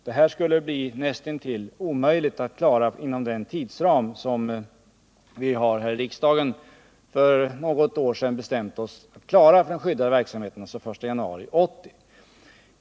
Det här skulle bli näst intill omöjligt att klara inom den tidsram som vi här i riksdagen för något år sedan har bestämt att klara den skyddade verksamheten, alltså fram till den 1 januari 1980.